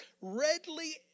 Readily